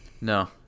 No